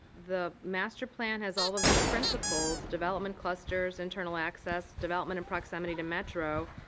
the master plan has all of these principles, development clusters, internal access, development in proximity to metro,